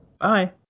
Bye